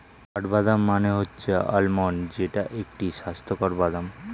কাঠবাদাম মানে হচ্ছে আলমন্ড যেইটা একটি স্বাস্থ্যকর বাদাম